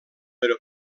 però